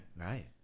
Right